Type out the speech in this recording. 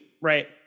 Right